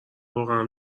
واقعا